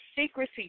secrecy